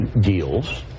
deals